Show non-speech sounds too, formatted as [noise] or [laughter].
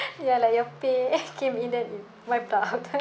ya like you pay came [laughs]